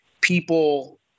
people